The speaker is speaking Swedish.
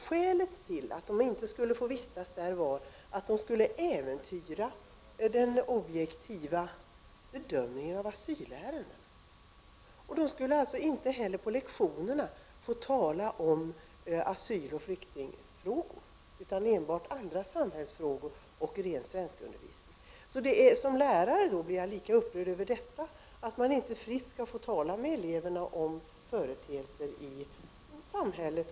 Skälet till att lärarna inte skulle få vistas i förläggningen skulle vara att de kunde äventyra den objektiva bedömningen av asylärendena! De skulle alltså inte heller på lektionerna få tala om asyloch flyktingfrågor utan enbart andra samhällsfrågor och om det som har att göra med den rena svenskundervisningen. Som lärare blir jag lika upprörd över detta, att man inte fritt skulle få tala med eleverna om företeelser i samhället.